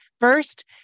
first